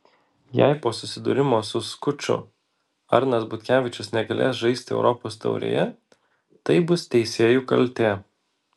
jei po susidūrimo su skuču arnas butkevičius negalės žaisti europos taurėje tai bus teisėjų kaltė